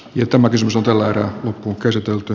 jo tämä kysymys on tällä erää loppuun käsitelty